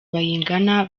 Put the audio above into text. bayingana